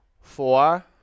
Four